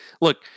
Look